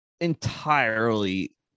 entirely